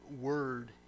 word